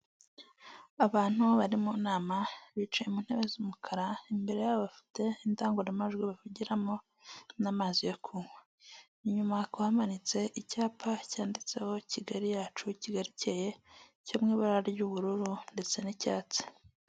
Abantu bari mu nama bicaye mu ntebe z'umukara, imbere yabo bafite indangururamajwi bavugiramo n'amazi yo kunywa, inyuma hakaba hamanitse icyapa cyanditseho Kigali yacu; Kigali ikeye cyo mu ibara ry'ubururu ndetse n'icyatsi.